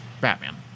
batman